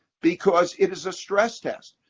because it is a stress test.